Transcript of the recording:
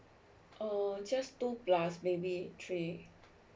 oh just two plus maybe three